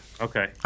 Okay